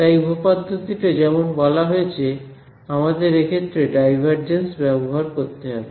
তাই উপপাদ্যটি তে যেমন বলা আছে আমাদের এক্ষেত্রে ডাইভারজেন্স ব্যবহার করতে হবে